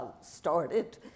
started